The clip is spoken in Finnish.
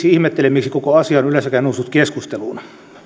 ihmettelen miksi koko asia on yleensäkään noussut keskusteluun